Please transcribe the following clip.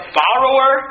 borrower